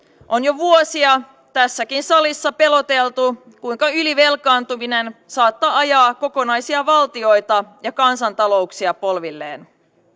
on jo vuosia tässäkin salissa peloteltu kuinka ylivelkaantuminen saattaa ajaa kokonaisia valtioita ja kansantalouksia polvilleen